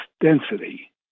density